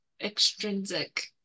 extrinsic